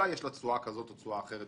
אז אולי יש לה תשואה כזאת או תשואה אחרת,